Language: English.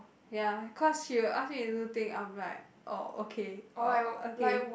ya cause she will ask you if you think I'm like orh okay orh okay